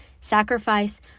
Sacrifice